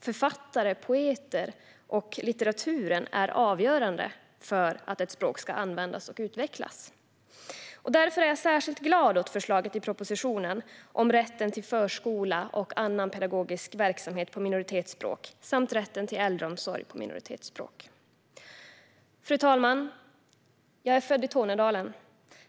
Författare, poeter och litteratur är avgörande för att ett språk ska användas och utvecklas. Därför är jag särskilt glad åt förslaget i propositionen om rätten till förskola och annan pedagogisk verksamhet på minoritetsspråk samt rätten till äldreomsorg på minoritetsspråk. Fru talman! Jag är född i Tornedalen.